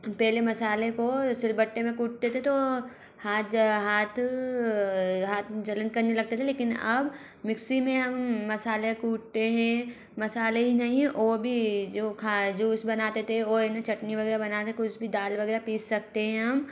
पहले मसाले को सिलबट्टे में कूटते थे तो हाथ ज हाथ हाथ जलन करने लगते थे लेकिन अब मिक्सी में हम मसाले कूटते हें मसाले ही नहीं है और भी जो खा जूस बनाते थे वो इन्हें चटनी वगैरह बनाते कुछ भी दाल वगैरह पीस सकते हैं हम